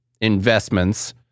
investments